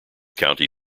county